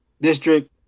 district –